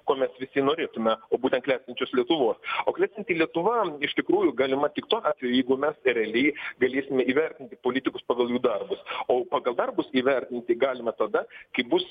ko mes visi norėtume o būtent klestinčios lietuvos o klestinti lietuva iš tikrųjų galima tik tuo atveju jeigu mes realiai galėsime įvertinti politikus pagal jų darbus o pagal dabarbus įvertinti galima tada kai bus